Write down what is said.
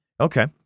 Okay